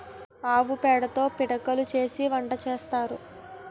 ఆవు పేడతో పిడకలు చేసి వంట సేత్తారు